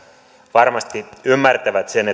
varmasti ymmärtävät sen